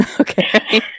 okay